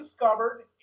discovered